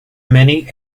many